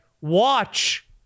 watch